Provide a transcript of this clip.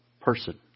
person